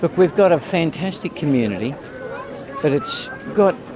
but we've got a fantastic community but it's got,